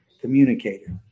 communicator